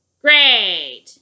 Great